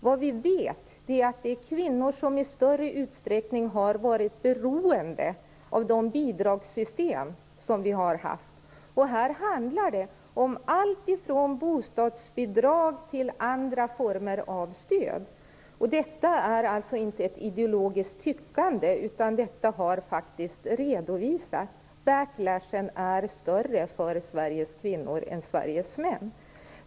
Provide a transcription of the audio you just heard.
Vi vet att kvinnor i större utsträckning än män har varit beroende av de bidragssystem som vi har haft. Här handlar det om allt ifrån bostadsbidrag till andra former av stöd. Detta är alltså inte ett ideologiskt tyckande, utan detta har faktiskt redovisats. Backlashen är större för Sveriges kvinnor än för Sveriges män.